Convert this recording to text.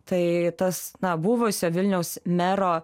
tai tas na buvusio vilniaus mero